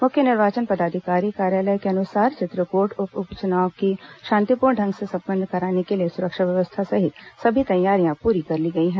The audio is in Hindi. मुख्य निर्वाचन पदाधिकारी कार्यालय के अनुसार चित्रकोट उप चुनाव को शांतिपूर्ण ढंग से संपन्न कराने के लिए सुरक्षा व्यवस्था सहित सभी तैयारियां पूरी कर ली गई हैं